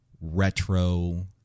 retro